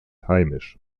heimisch